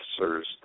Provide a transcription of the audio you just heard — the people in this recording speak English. officers